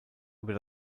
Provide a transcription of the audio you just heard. über